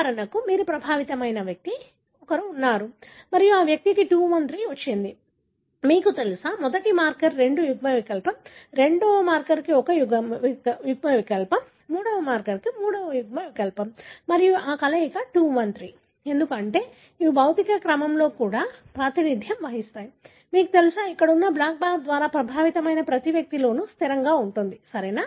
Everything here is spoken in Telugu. ఉదాహరణకు మీరు ప్రభావితమయ్యే వ్యక్తి ఇక్కడ ఉన్నారు మరియు ఈ వ్యక్తికి 2 1 3 వచ్చింది మీకు తెలుసా మొదటి మార్కర్కు 2 యుగ్మవికల్పం రెండవ మార్కర్కు 1 యుగ్మవికల్పం మూడవ మార్కర్కు 3 యుగ్మ వికల్పం మరియు ఈ కలయిక 2 1 3 ఎందుకంటే ఇవి భౌతిక క్రమంలో కూడా ప్రాతినిధ్యం వహిస్తాయి మీకు తెలుసా అక్కడ ఉన్న బ్లాక్ బార్ ద్వారా ప్రభావితమైన ప్రతి వ్యక్తిలోనూ స్థిరంగా ఉంటుంది సరేనా